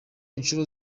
inshuro